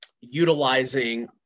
utilizing